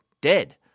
dead